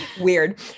Weird